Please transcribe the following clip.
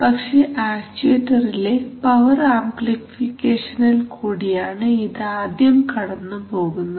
പക്ഷേ ആക്ചുവേറ്റർറിലെ പവർ ആംപ്ലിഫിക്കേഷനിൽ കൂടിയാണ് ഇത് ആദ്യം കടന്നു പോകുന്നത്